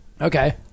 Okay